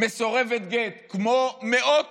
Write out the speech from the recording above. מסורבת גט, כמו מאות